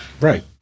Right